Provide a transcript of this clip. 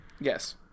yes